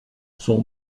son